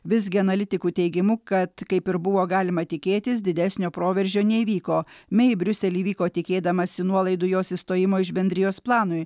visgi analitikų teigimu kad kaip ir buvo galima tikėtis didesnio proveržio neįvyko mei į briuselį vyko tikėdamasi nuolaidų jos išstojimo iš bendrijos planui